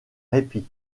répit